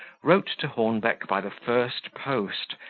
wrote to hornbeck by the first post,